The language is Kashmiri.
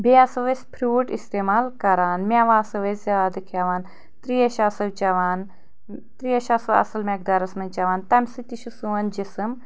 بیٚیہِ آسو أسۍ فروٗٹ استعمال کران مٮ۪وٕ آسو أسۍ زیادٕ کھٮ۪وان ترٛیش آسو چٮ۪وان ترٛیش آسو اصل مٮ۪قدارس منٛز چٮ۪وان تمہِ سۭتۍ تہِ چھُ سون جسٕم